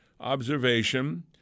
observation